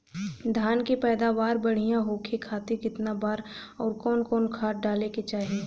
धान के पैदावार बढ़िया होखे खाती कितना बार अउर कवन कवन खाद डाले के चाही?